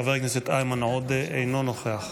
חבר הכנסת איימן עודה, אינו נוכח,